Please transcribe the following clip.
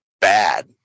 bad